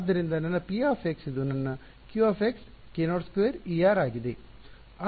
ಆದ್ದರಿಂದ ನನ್ನ p ಇದು ನನ್ನ q k02εr ಆಗಿದೆ